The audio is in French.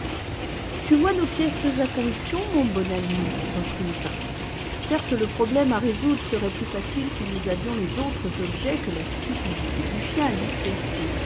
tu vois nos pièces à conviction mon bon ami reprit lupin certes le problème à résoudre serait plus facile si nous avions les autres objets que la stupidité du chien a dispersés